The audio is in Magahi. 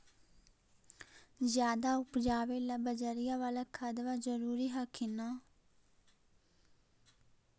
ज्यादा उपजाबे ला बजरिया बाला खदबा जरूरी हखिन न?